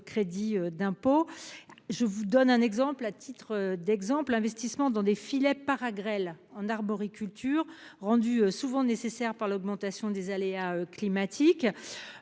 Je vous donne un exemple. À titre d'exemple, investissement dans des filets para-grêle en arboriculture rendu souvent nécessaire par l'augmentation des aléas climatiques.